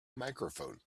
microphone